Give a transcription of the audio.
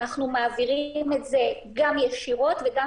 אנחנו מעבירים את זה גם ישירות וגם